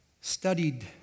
studied